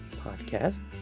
podcast